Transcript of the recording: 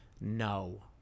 no